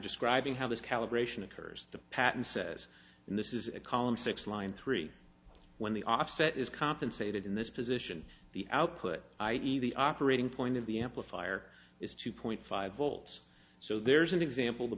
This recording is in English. describing how this calibration occurs the patent says in this is a column six line three when the offset is compensated in this position the output i e the operating point of the amplifier is two point five volts so there's an example the